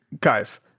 guys